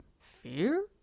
Fear